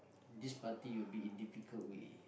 this party will be in difficult way